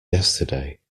yesterday